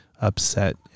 upset